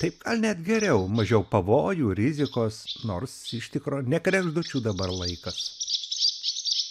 taip gal net geriau mažiau pavojų rizikos nors iš tikro ne kregždučių dabar laikas